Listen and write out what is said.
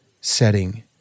setting